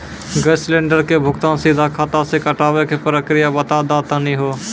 Gas cylinder के भुगतान सीधा खाता से कटावे के प्रक्रिया बता दा तनी हो?